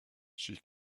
she